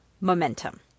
momentum